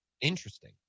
Interesting